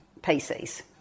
PCs